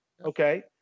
Okay